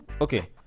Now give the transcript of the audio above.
Okay